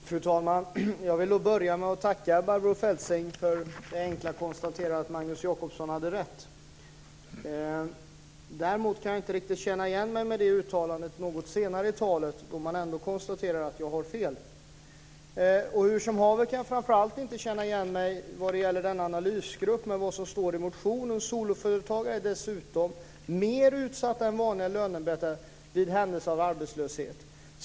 Fru talman! Jag vill börja med att tacka Barbro Feltzing för det enkla konstaterandet att Magnus Jacobsson hade rätt. Däremot kan jag inte känna igen mig i uttalandet senare i anförandet, då hon ändå konstaterar att jag har fel. Hur som haver kan jag inte känna igen mig med tanke på vad som står i motionen. Soloföretagare är dessutom mer utsatta än vanliga lönearbetare vid händelse av arbetslöshet.